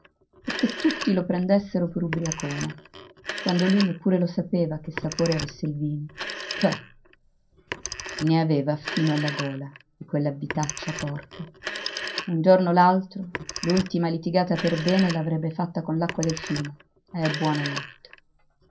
perché tutti lo prendessero per ubriacone quando lui neppure lo sapeva che sapore avesse il vino puh ne aveva fino alla gola di quella vitaccia porca e un giorno o l'altro l'ultima litigata per bene l'avrebbe fatta con l'acqua del fiume